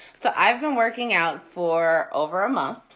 so i've been working out for over a month.